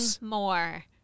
more